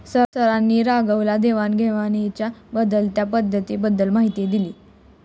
सरांनी राघवनला देवाण घेवाणीच्या बदलत्या पद्धतींबद्दल माहिती दिली